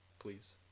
Please